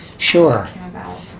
Sure